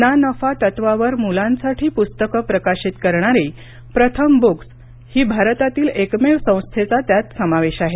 ना नफा तत्वावर मुलांसाठी पुस्तक प्रकाशित करणारी प्रथम बुक्स या भारतातली एकमेव संस्थेचा त्यात समावेश आहे